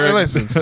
Listen